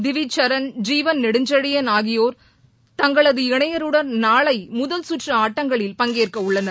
திவிஜ் சரண் ஜீவன் நெடுஞ்செழியன் ஆகியோர் தங்களது இணையருடன் நாளை முதல் சுற்று ஆட்டங்களில் பங்கேற்க உள்ளனர்